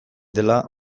dela